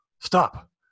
stop